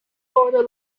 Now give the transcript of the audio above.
order